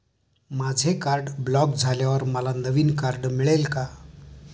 माझे card block झाल्यावर मला नवीन कार्ड मिळेल का?